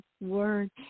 word